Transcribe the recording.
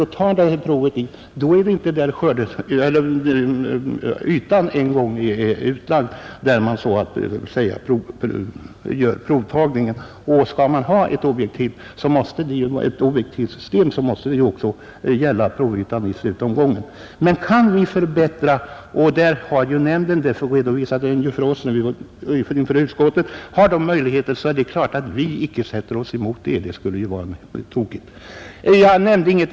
Då tar man inte provet inom den yta som en gång är utlagd. Skall man ha ett objektivt system, så måste det ju gälla hela provytan i slutomgången. Men om vi kan förbättra metoden — och nämnden har i sin redovisning inför utskottet framhållit att det kan finnas vissa möjligheter till det — så är det klart att vi inte sätter oss emot den saken. Det skulle ju vara helt tokigt.